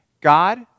God